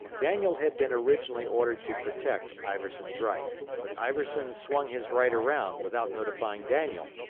daniel had been originally ordered to protect iverson's right, but iverson swung his right around without notifying daniel,